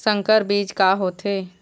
संकर बीज का होथे?